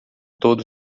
todo